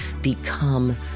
become